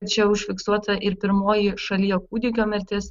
čia užfiksuota ir pirmoji šalyje kūdikio mirtis